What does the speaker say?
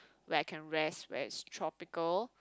where I can rest where it's tropical